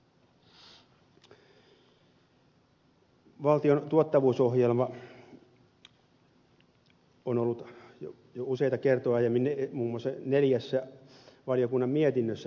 valtion tuottavuusohjelma on ollut useita kertoja aiemmin muun muassa neljässä valiokunnan mietinnössä esillä